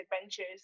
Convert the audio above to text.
adventures